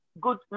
good